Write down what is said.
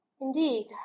indeed